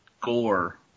gore